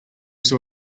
saw